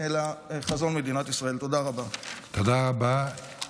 תודה רבה.